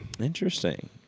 Interesting